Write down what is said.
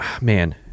man